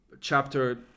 chapter